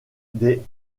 des